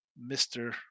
Mr